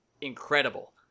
incredible